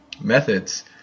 methods